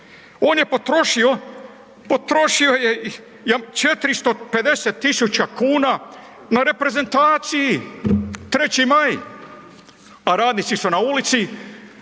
On je potrošio 450.000 kuna na reprezentaciji 3. Maj, a radnici su na ulici.